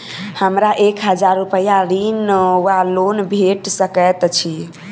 हमरा एक हजार रूपया ऋण वा लोन भेट सकैत अछि?